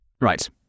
Right